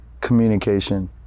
communication